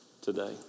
today